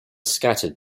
scattered